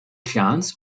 clans